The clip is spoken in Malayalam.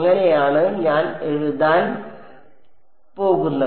അങ്ങനെയാണ് ഞാൻ എഴുതാൻ പോകുന്നത്